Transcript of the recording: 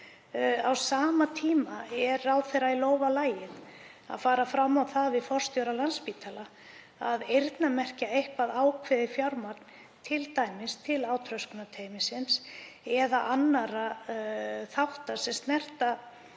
Á sama tíma er ráðherra í lófa lagið að fara fram á það við forstjóra Landspítala að eyrnamerkja eitthvert ákveðið fjármagn, t.d. til átröskunarteymisins eða annarra þátta sem snerta